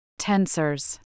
Tensors